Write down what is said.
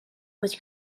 was